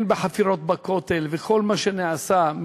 אם בחפירות בכותל וכל מה שנעשה,